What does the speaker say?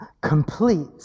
complete